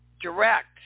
direct